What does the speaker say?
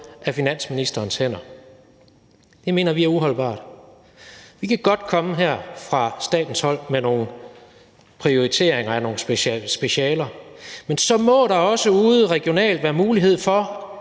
af finansministerens hænder. Det mener vi er uholdbart. Vi kan godt komme her fra statens side med nogle prioriteringer af nogle specialer, men så må der også ude regionalt være mulighed for